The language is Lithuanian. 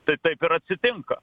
tai taip ir atsitinka